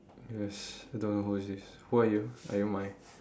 yes don't know who is this who are you are you my